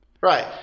Right